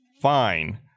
fine